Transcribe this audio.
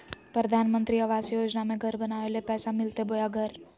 प्रधानमंत्री आवास योजना में घर बनावे ले पैसा मिलते बोया घर?